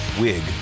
wig